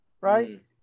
right